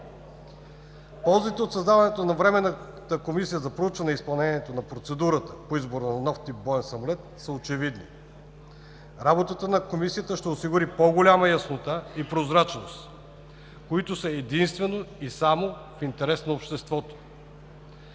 Ползите от създаването на Временната комисия за проучване изпълнението на процедурата по избор на нов тип боен самолет са очевидни. Работата на Комисията ще осигури по-голяма яснота и прозрачност, които са единствено и само в интерес на обществото,